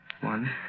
One